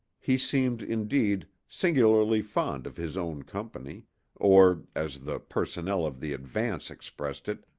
he seemed, indeed, singularly fond of his own company or, as the personnel of the advance expressed it,